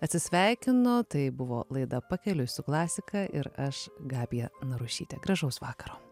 atsisveikinu tai buvo laida pakeliui su klasika ir aš gabija narušytė gražaus vakaro